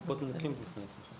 הקופות מנצלות את מבחני התמיכה.